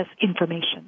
information